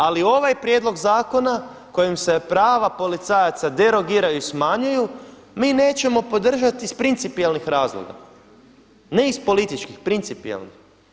Ali ovaj prijedlog zakona kojim se prava policajaca derogiraju i smanjuju mi nećemo podržati iz principijelnih razloga, ne iz političkih, principijelnih.